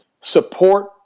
Support